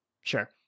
Sure